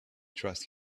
trust